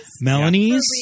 Melanie's